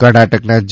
કર્ણાટકના જે